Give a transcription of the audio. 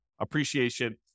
appreciation